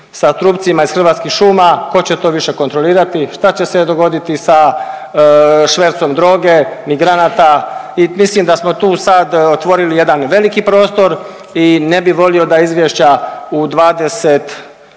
sa trupcima iz Hrvatskih šuma, ko će to više kontrolirati, šta će se dogoditi sa švercom droge, migranata i mislim da smo tu sad otvorili jedan veliki prostor i ne bi volio da izvješća u '24.g.